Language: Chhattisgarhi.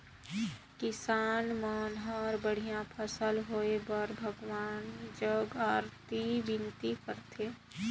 किसान मन हर बड़िया फसल होए बर भगवान जग अरती बिनती करथे